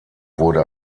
wurde